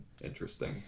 interesting